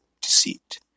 deceit